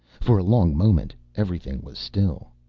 for a long moment, everything was still.